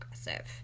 aggressive